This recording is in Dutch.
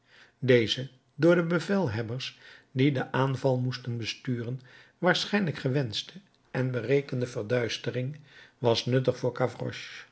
deze door de bevelhebbers die den aanval moesten besturen waarschijnlijk gewenschte en berekende verduistering was nuttig voor